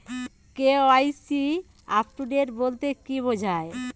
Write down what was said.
KYC update বলতে কি বোঝায়?